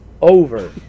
over